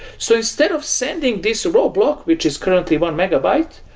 so instead of sending this roadblock, which is currently one megabyte,